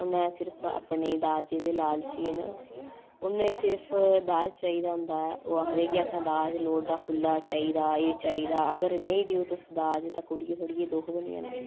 उ'न्नै सिर्फ अपने दाजे दे लालचिए न उनें सिर्फ दाज चाहिदा होंदा ऐ ओह् आखदे के असें दाज लोड़दा खुल्ला चाहिदा एह् चाहिदा अगर नेईं देओ तुस दाज तां कुड़ियै थुआढ़ियै गी दुक्ख बनी जाना